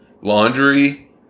laundry